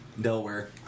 Delaware